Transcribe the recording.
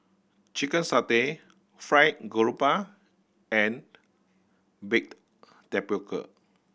chicken satay fried grouper and baked tapioca